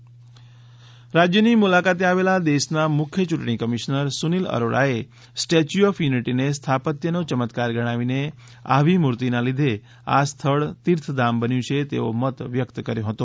સુનીલ અરોરા રાજ્યની મુલાકાતે આવેલા દેશના મુખ્ય ચૂંટણી કમિશ્નર સુનીલ અરોરાએ સ્ટેચ્યુ ઑફ યુનિટીને સ્થાપત્યનો યમત્કાર ગણાવીને આવી મૂર્તિના લીધે આ સ્થળ તીર્ધધામ બન્યું છે તેવો મત વ્યક્ત કર્યો હતો